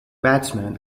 batsman